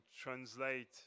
translate